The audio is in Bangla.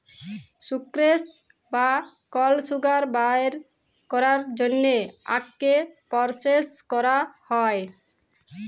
সুক্রেস বা কল সুগার বাইর ক্যরার জ্যনহে আখকে পরসেস ক্যরা হ্যয়